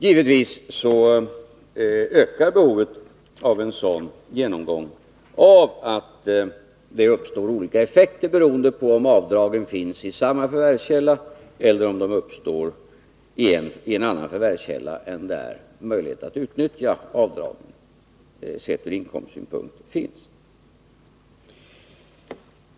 Givetvis ökar behovet av en sådan genomgång av att det uppstår olika effekter, beroende på om avdragen uppstår i samma förvärvskälla eller i en annan förvärvskälla än den där möjligheter att utnyttja avdragen, sett ur inkomstsynpunkt, finns.